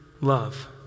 love